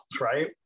right